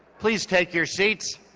please take your seats.